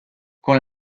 con